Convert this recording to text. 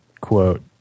quote